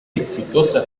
exitosa